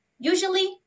Usually